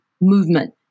movement